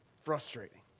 frustrating